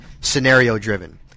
scenario-driven